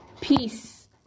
peace